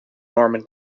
norman